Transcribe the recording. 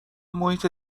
محیط